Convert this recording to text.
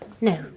No